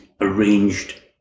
arranged